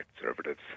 conservatives